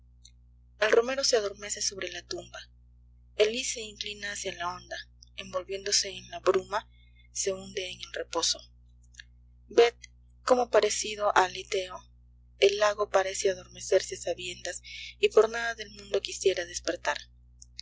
el romero se adormece sobre la tumba el lis se inclina hacia la onda envolviéndose en la bruma se hunde en el reposo ved como parecido al leteo el lago parece adormecerse a sabiendas y por nada del mundo quisiera despertar